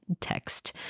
text